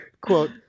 Quote